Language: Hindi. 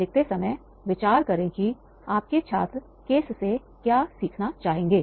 लिखते समय विचार करने करें कि आपके छात्र केस से क्या सीखना चाहेंगे